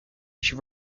she